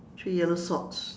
three yellow socks